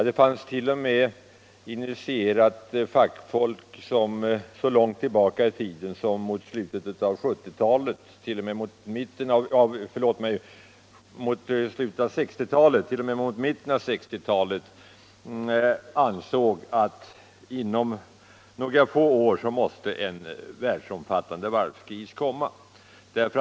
Det fanns initierat fackfolk som så långt tillbaka i tiden som mot slutet av 1960-talet, t.o.m. mitten av 1960-talet, ansåg att en världsomfattande varvskris måste komma inom några få år.